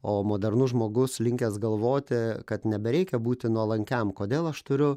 o modernus žmogus linkęs galvoti kad nebereikia būti nuolankiam kodėl aš turiu